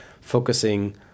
focusing